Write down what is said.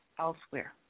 elsewhere